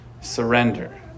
Surrender